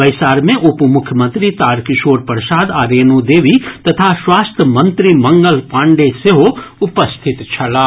बैसार मे उपमुख्यमंत्री तारकिशोर प्रसाद आ रेणु देवी तथा स्वास्थ्य मंत्री मंगल पाण्डे सेहो उपस्थित छलाह